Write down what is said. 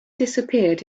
disappeared